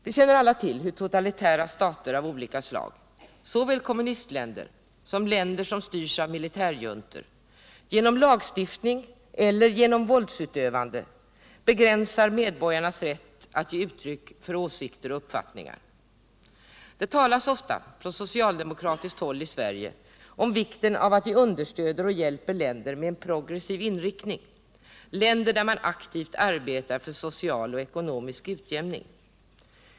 Vi känner alla till hur totalitära stater av olika slag, såväl kommunistländer som länder som styrs av militärjuntor, genom lagstiftning eller genom våldsutövande begränsar medborgarnas rätt att ge uttryck för åsikter och uppfattningar. Det talas ofta från socialdemokratiskt håll i Sverige om vikten av att vi understöder och hjälper länder med en progressiv inriktning, länder där man aktivt arbetar för social och ekonomisk utjämning.